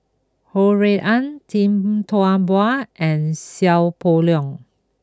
Ho Rui An Tee Tua Ba and Seow Poh Leng